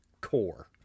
core